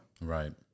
right